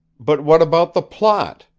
but what about the plot?